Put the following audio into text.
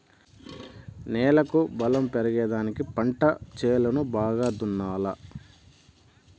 నేలకు బలం పెరిగేదానికి పంట చేలను బాగా దున్నాలా